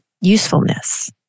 Usefulness